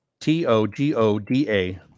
T-O-G-O-D-A